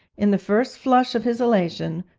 in the first flush of his elation,